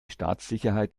staatssicherheit